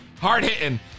Hard-hitting